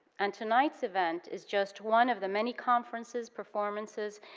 and, tonight's event is just one of the many conferences, performances,